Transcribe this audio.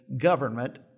government